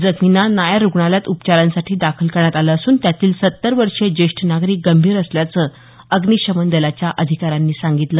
जखमींना नायर रुग्णालयात उपचारांसाठी दाखल करण्यात आलं असून त्यातील सत्तर वर्षीय ज्येष्ठ नागरिक गंभीर असल्याचं अग्रीशमन दलाच्या अधिकाऱ्यांनी सांगितलं